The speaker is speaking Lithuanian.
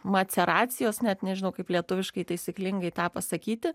maceracijos net nežinau kaip lietuviškai taisyklingai tą pasakyti